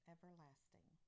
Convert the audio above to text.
Everlasting